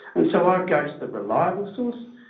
and so i'd go to the reliable source.